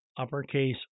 uppercase